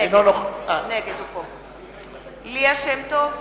נגד ליה שמטוב,